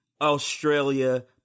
Australia